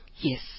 Yes